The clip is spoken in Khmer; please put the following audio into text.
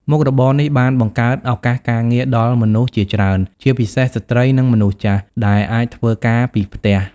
មុខរបរនេះបានបង្កើតឱកាសការងារដល់មនុស្សជាច្រើន ជាពិសេសស្ត្រី និងមនុស្សចាស់ ដែលអាចធ្វើការពីផ្ទះ។